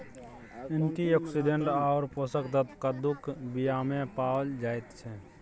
antioxidant आओर पोषक तत्व कद्दूक बीयामे पाओल जाइत छै